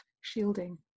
shielding